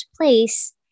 place